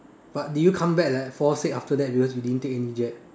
but did you come back like fall sick after that because you didn't take any jab